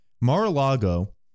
Mar-a-Lago